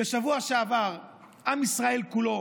בשבוע שעבר עם ישראל כולו